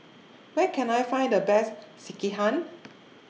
Where Can I Find The Best Sekihan